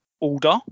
order